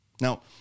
Now